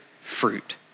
fruit